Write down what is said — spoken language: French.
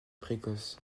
précoce